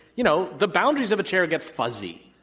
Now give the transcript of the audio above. you know, the boundaries of a chair gets fuzzy.